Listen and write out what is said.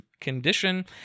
condition